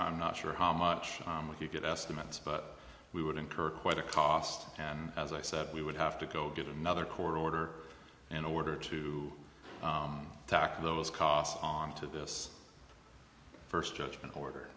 i'm not sure how much time with you get estimates but we would incur quite a cost and as i said we would have to go get another court order in order to tackle those costs on to this first judgment order